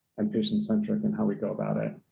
and patient centric and how we go about it.